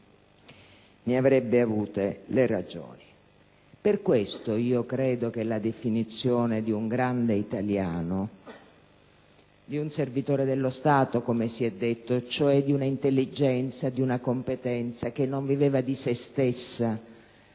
ne avrebbe avuto le ragioni.